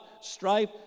strife